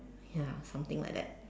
ya something like that